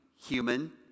human